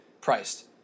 priced